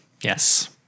Yes